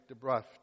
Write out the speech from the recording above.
DeBruff